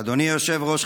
אדוני היושב-ראש,